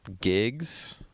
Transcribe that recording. gigs